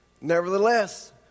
Nevertheless